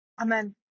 Amen